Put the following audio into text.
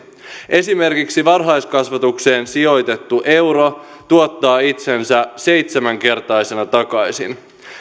esimerkiksi varhaiskasvatukseen sijoitettu euro tuottaa itsensä seitsemänkertaisena takaisin käytännössä